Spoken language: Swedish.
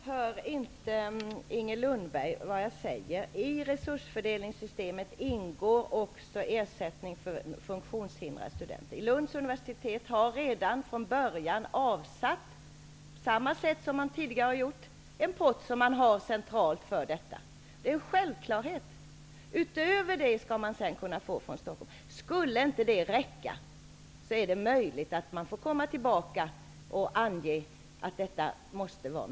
Herr talman! Hör inte Inger Lundberg vad jag säger? I resursfördelningssystemet ingår också ersättning för studenter med funktionshinder. Lunds universitet har redan från början avsatt, på samma sätt som tidigare, en central pott för detta. Det är en självklarhet. Det går sedan att utöver denna pott få pengar från Stockholm. Skulle inte de pengarna räcka är det möjligt att återkomma och anhålla om mer pengar.